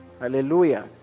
Hallelujah